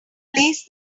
placed